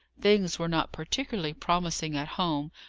things were not particularly promising at home,